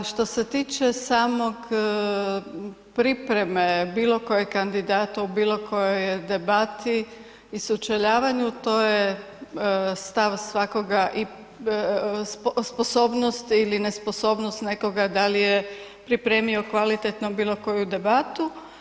Što se tiče samog pripreme bilo kojeg kandidata u bilo kojoj debati i sučeljavanju to je stav svakoga i sposobnost ili nesposobnost nekoga da li je pripremio kvalitetno bilo koju debatu.